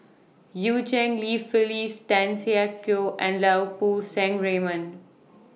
EU Cheng Li Phyllis Tan Siak Kew and Lau Poo Seng Raymond